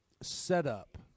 setup